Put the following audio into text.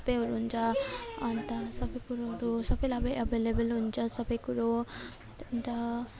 सबैहरू हुन्छ अन्त सबै कुरोहरू होस् सबैलाई एभाइलेभल हुन्छ सबै कुरो अन्त